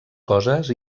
coses